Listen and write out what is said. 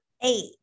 Eight